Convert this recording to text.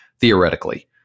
theoretically